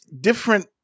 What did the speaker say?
different